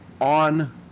on